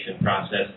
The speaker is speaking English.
process